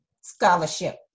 scholarship